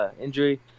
injury